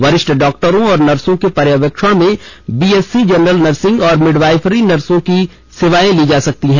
वरिष्ठ डॉक्टरों और नर्सों के पर्यवेक्षण में B S C general nursing और मिड वाइफरी नर्सों की सेवाएं ली जा सकती हैं